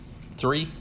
three